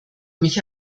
mich